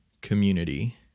community